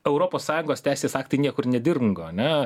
europos sąjungos teisės aktai niekur nedirngo ane